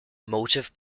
motive